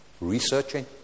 Researching